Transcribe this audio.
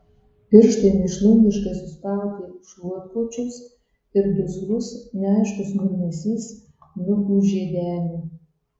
pirštai mėšlungiškai suspaudė šluotkočius ir duslus neaiškus murmesys nuūžė deniu